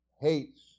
hates